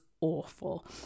awful